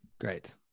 Great